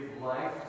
life